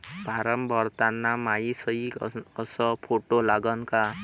Form भरताना मायी सयी अस फोटो लागन का?